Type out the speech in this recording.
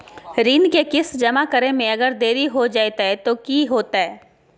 ऋण के किस्त जमा करे में अगर देरी हो जैतै तो कि होतैय?